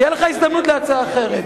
תהיה לך הזדמנות להצעה אחרת.